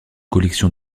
collection